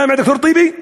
שמעת על זה, טיבי?